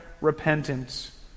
repentance